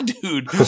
dude